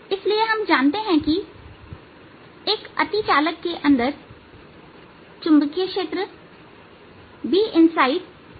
इसलिए हम जानते हैं कि एक अतिचालक के अंदर चुंबकीय क्षेत्र Binside बराबर 0 है